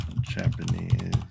Japanese